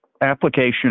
application